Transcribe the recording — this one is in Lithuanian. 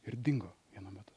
ir dingo vienu metu